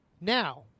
Now